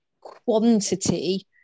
quantity